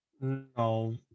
No